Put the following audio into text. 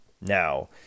Now